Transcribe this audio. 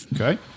Okay